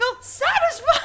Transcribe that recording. satisfied